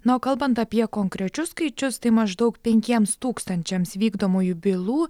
na o kalbant apie konkrečius skaičius tai maždaug penkiems tūkstančiams vykdomųjų bylų